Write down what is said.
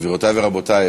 גבירותי ורבותי,